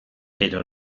pero